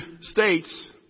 states